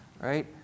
Right